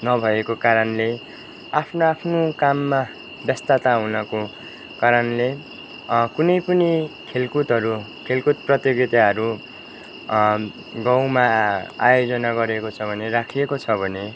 नभएको कारणले आफ्नो आफ्नो काममा व्यस्तता हुनको कारणले कुनै पनि खेलकुदहरू खेलकुद प्रतियोगिताहरू गाउँमा आयोजना गरिएको छ भने राखिएको छ भने